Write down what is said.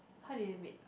how did you make